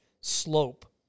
slope